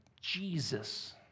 Jesus